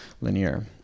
linear